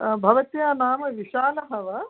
भवत्याः नाम विशालः वा